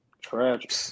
Tragic